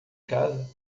casa